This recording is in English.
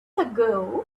ago